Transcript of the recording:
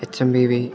H M P V